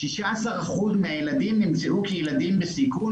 16% מהילדים נמצאו כילדים בסיכון,